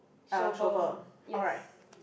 uh shovel alright